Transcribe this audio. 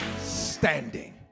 standing